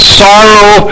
sorrow